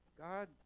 God